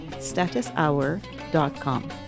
statushour.com